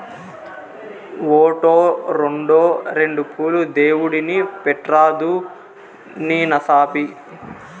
ఓటో, రోండో రెండు పూలు దేవుడిని పెట్రాదూ నీ నసాపి